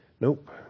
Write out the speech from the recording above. Nope